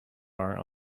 are